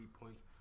points